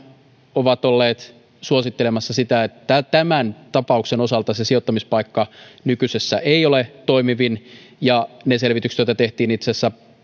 ovat olleet suosittelemassa sitä että tämän tapauksen osalta sijoittamispaikka nykyisessä ei ole toimivin ja selvitykset joita tehtiin itse asiassa